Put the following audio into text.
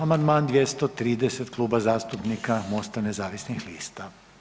Amandman 230, Kluba zastupnika Mosta nezavisnih lista.